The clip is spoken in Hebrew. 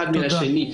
אחד מן השני.